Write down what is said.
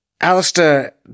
Alistair